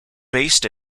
based